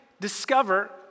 discover